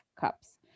cups